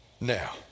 Now